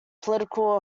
political